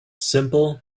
simple